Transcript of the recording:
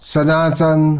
Sanatan